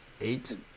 eight